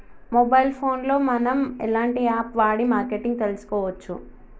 Mobile phone లో మనం ఎలాంటి యాప్ వాడి మార్కెటింగ్ తెలుసుకోవచ్చు?